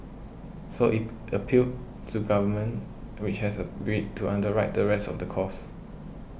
so it appealed to Government which has agreed to underwrite the rest of the cost